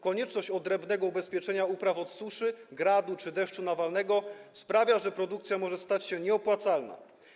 Konieczność odrębnego ubezpieczenia upraw od suszy, gradu czy deszczu nawalnego sprawia, że produkcja może stać się nieopłacalna.